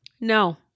No